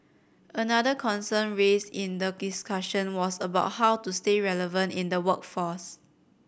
another concern raised in the discussion was about how to stay relevant in the workforce